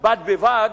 בד בבד,